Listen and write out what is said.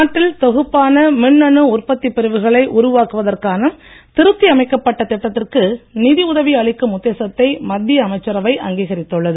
நாட்டில் தொகுப்பான மின்னணு உற்பத்திப் பிரிவுகளை உருவாக்குவதற்கான திருத்தி அமைக்கப்பட்ட திட்டத்திற்கு நிதி உதவி அளிக்கும் உத்தேசத்தை மத்திய அமைச்சரவை அங்கீகரித்துள்ளது